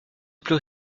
plus